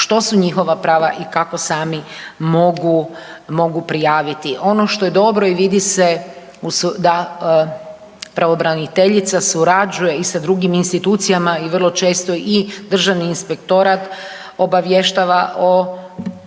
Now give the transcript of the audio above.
što su njihova prava i kako sami mogu prijaviti. Ono što je dobro i vidi se da pravobraniteljica surađuje i sa drugim institucijama i vrlo često i Državni inspektorat obavještava o